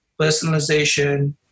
personalization